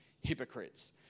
Hypocrites